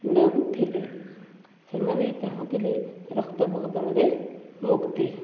ନେଉଥିଲେ ସେମାନେ ଚାହୁଁଥିଲେ ରକ୍ତ ବଦଳରେ ମୁକ୍ତି